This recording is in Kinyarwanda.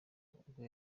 ubwo